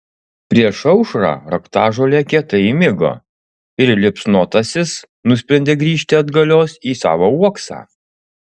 prieš aušrą raktažolė kietai įmigo ir liepsnotasis nusprendė grįžti atgalios į savo uoksą